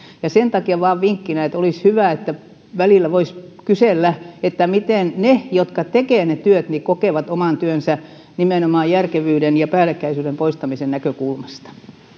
ja sen takia vain vinkkinä että olisi hyvä että välillä voisi kysellä että miten he jotka tekevät ne työt kokevat oman työnsä nimenomaan järkevyyden ja päällekkäisyyden poistamisen näkökulmasta